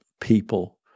people